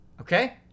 Okay